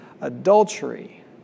adultery